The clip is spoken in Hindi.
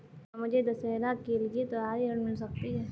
क्या मुझे दशहरा के लिए त्योहारी ऋण मिल सकता है?